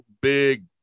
big